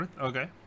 okay